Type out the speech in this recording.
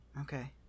Okay